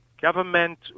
government